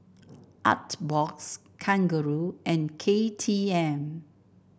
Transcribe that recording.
Artbox Kangaroo and K T M